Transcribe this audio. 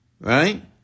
Right